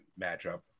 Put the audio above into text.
matchup